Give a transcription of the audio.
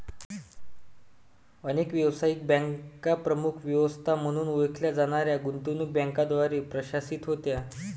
अनेक व्यावसायिक बँका प्रमुख व्यवस्था म्हणून ओळखल्या जाणाऱ्या गुंतवणूक बँकांद्वारे प्रशासित होत्या